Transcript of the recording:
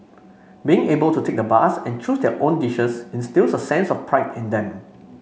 being able to take the bus and choose their own dishes instils a sense of pride in them